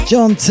John